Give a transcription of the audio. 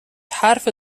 حرف